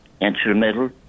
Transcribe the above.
instrumental